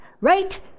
right